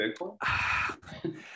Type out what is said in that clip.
Bitcoin